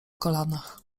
kolanach